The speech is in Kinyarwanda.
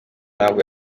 nabwo